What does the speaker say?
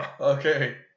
Okay